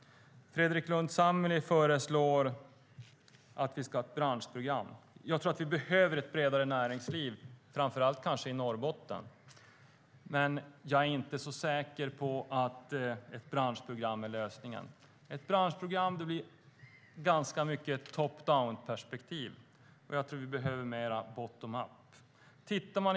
Fredrik Lundh Sammeli föreslår ett branschprogram. Vi behöver ett bredare näringsliv, framför allt i Norrbotten, men jag är inte så säker på att ett branschprogram är lösningen. Ett branschprogram ger ett top-down-perspektiv. Vi behöver mer av ett bottom-up-perspektiv.